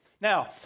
Now